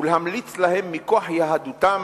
ולהמליץ להם, מכוח יהדותם,